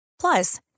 Plus